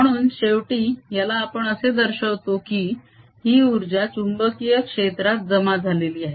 म्हणून शेवटी याला आपण असे दर्शवतो की ही उर्जा चुंबकीय क्षेत्रात जमा झालेली आहे